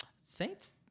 Saints